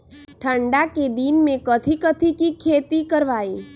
ठंडा के दिन में कथी कथी की खेती करवाई?